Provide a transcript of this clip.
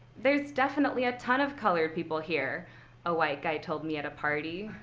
there's definitely a ton of colored people here a white guy told me at a party,